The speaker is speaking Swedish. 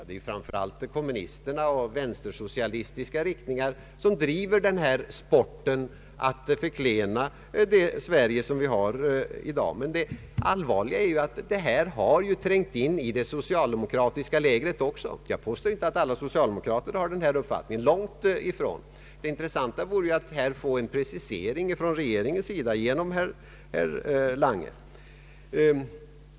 Det är framför allt kommunisterna och vänstersocialistiska riktningar som driver sporten att förklena det Sverige som vi har i dag, men det allvarliga är att detta också trängt in i det socialdemokratiska lägret. Jag påstår inte att alla socialdemokrater har denna uppfattning, långt därifrån. Det vore intressant att genom herr Lange få en precisering från regeringens sida härvidlag.